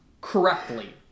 correctly